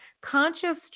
Conscious